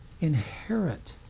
inherit